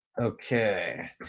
Okay